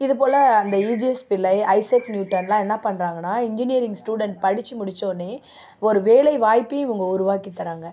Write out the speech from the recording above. இது போல் அந்த இஜிஎஸ் பிள்ளை ஐசக் நியூட்டன்லாம் என்ன பண்ணுறாங்கன்னா இன்ஜினியரிங் ஸ்டூடெண்ட் படித்து முடிச்சவொடனேயே ஒரு வேலைவாய்ப்பையும் இவங்க உருவாக்கித் தர்றாங்க